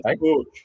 coach